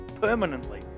permanently